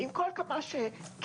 ועם כל כמה שכן,